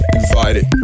invited